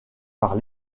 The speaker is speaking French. par